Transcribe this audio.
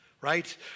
right